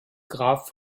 graf